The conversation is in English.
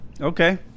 Okay